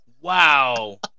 Wow